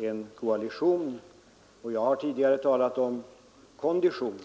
en koalition, och jag har tidigare talat om kondition.